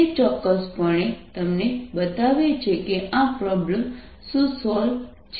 અને તે ચોક્કસપણે તમને બતાવે છે કે આ પ્રોબ્લેમ શું સોલ્વ છે